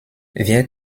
wir